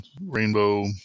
rainbow